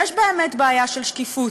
יש באמת בעיה של שקיפות,